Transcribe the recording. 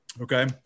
okay